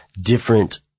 different